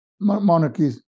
monarchies